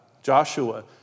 Joshua